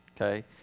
okay